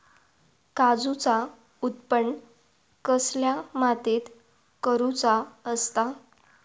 काजूचा उत्त्पन कसल्या मातीत करुचा असता?